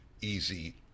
easy